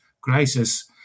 crisis